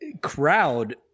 crowd